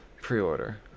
pre-order